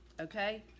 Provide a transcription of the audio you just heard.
okay